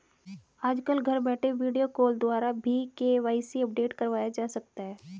आजकल घर बैठे वीडियो कॉल द्वारा भी के.वाई.सी अपडेट करवाया जा सकता है